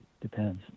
depends